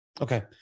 Okay